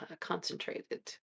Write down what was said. concentrated